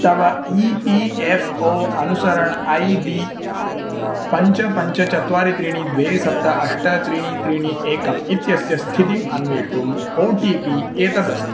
तव E P F O अनुसरण I D पञ्च पञ्च चत्वारि त्रीणि द्वे सप्त अष्ट त्रीणि त्रीणि एकम् इत्यस्य स्थितिम् अन्वेष्टुम् ओ टि पि एतद् अस्ति